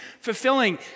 fulfilling